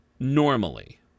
Normally